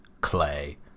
clay